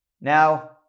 Now